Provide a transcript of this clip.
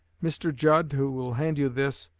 mr. judd, who will hand you this,